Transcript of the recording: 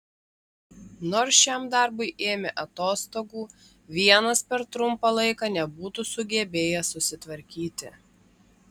nors šiam darbui ėmė atostogų vienas per trumpą laiką nebūtų sugebėjęs susitvarkyti